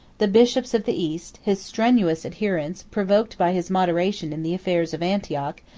the bishops of the east, his strenuous adherents, provoked by his moderation in the affairs of antioch,